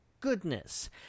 goodness